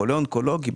בחולה אונקולוגי.